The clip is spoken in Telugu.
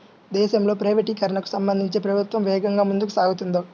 దేశంలో ప్రైవేటీకరణకు సంబంధించి ప్రభుత్వం వేగంగా ముందుకు సాగుతోంది